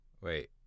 Wait